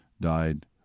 died